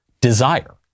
desire